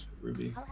Ruby